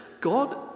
God